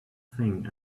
thing